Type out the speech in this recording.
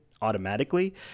automatically